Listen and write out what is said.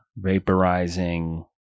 Vaporizing